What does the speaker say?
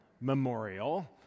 Memorial